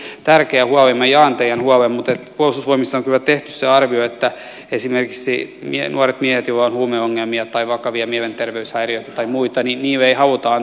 tämä on tosi tärkeä huoli minä jaan teidän huolenne mutta puolustusvoimissa on kyllä tehty se arvio että esimerkiksi nuorille miehille joilla on huumeongelmia tai vakavia mielenterveyshäiriöitä tai muita ei haluta antaa aseita käteen